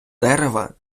дерева